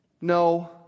No